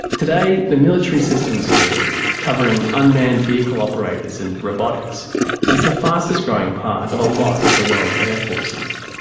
today the military systems field covering unmanned vehicle operators and robotics is the fastest growing part of a lot of the world's air forces,